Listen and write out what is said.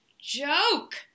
joke